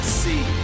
see